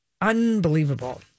unbelievable